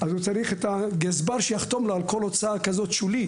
והוא צריך את הגזבר שיחתום לו על כל הוצאה שולית.